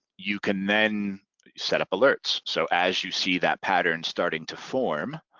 you can then set up alerts. so as you see that pattern starting to form,